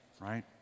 right